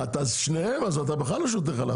אתה שניהם, אז אתה בכלל לא שותה חלב.